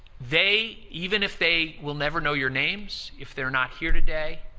they even if they will never know your names, if they're not here today,